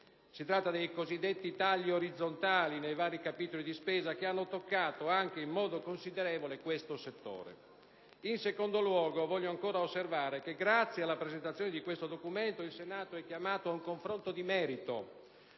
Si tratta dei cosiddetti tagli orizzontali nei vari capitoli di spesa che hanno toccato anche in modo considerevole questo settore. In secondo luogo, voglio osservare che, grazie alla presentazione di questo documento, il Senato è chiamato ad un confronto di merito